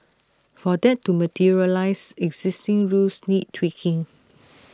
for that to materialise existing rules need tweaking